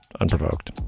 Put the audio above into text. unprovoked